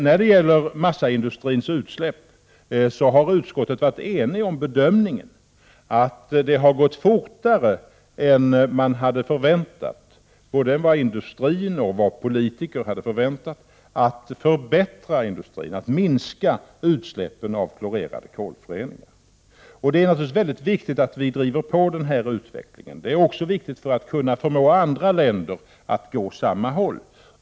När det gäller massaindustrins utsläpp har utskottet varit enigt i bedömningen att det gått fortare än vad man hade förväntat både inom industrin och bland politiker att förbättra industrin och minska utsläppen av klorerade kolföreningar. Det är naturligtvis viktigt att vi driver på denna utveckling — också för att man skall kunna förmå andra länder att gå åt samma håll.